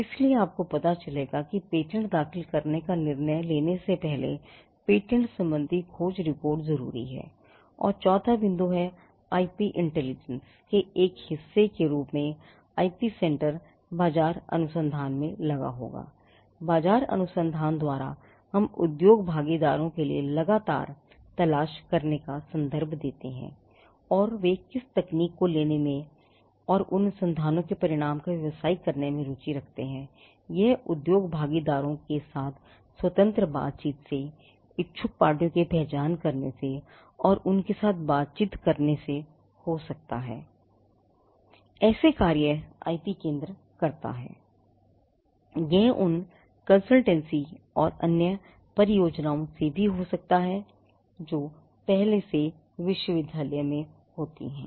इसलिए आपको पता चलेगा कि पेटेंट दाखिल करने का निर्णय लेने से पहले पेटेंट संबंधी खोज रिपोर्ट जरूरी है और चौथा बिंदु है आईपी इंटेलिजेंस और अन्य परियोजनाओं से भी हो सकता है जो पहले से ही विश्वविद्यालय में हैं